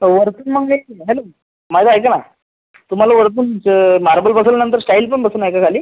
वरती मग एक हॅलो माझं ऐका ना तुम्हाला वरतून मार्बल बसवल्यानंतर स्टाइल पण बसून आहे का खाली